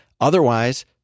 Otherwise